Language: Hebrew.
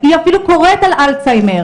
היא אפילו קוראת על אלצהיימר.